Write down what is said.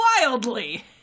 wildly